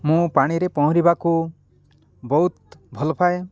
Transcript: ମୁଁ ପାଣିରେ ପହଁରିବାକୁ ବହୁତ ଭଲ ପାଏ